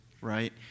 right